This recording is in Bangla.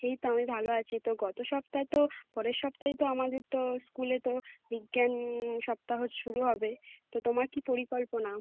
এই তো আমি ভালো আছি তো গত সপ্তায় তো পরের সপ্তাহে তো আমাদের তো স্কুলে তো বিজ্ঞান সপ্তাহ শুরু হবে তো তোমার কী পরিকল্পনা